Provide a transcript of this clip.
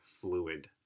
fluid